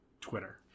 Twitter